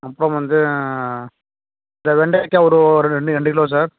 அப்புறம் வந்து இந்த வெண்டக்காய் ஒரு ஒரு ரெண்டு ரெண்டு கிலோ சார்